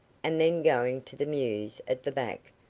and then going to the mews at the back,